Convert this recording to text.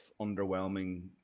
underwhelming